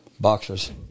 Boxers